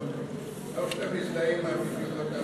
(שותק) טוב שאתה מזדהה עם המפלגות הערביות.